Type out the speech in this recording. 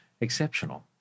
exceptional